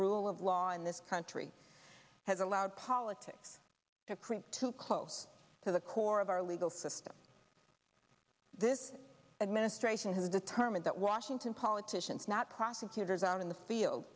rule of law in this country has allowed politics to creep to close to the core of our legal system this administration has determined that washington politicians not prosecutors out in the field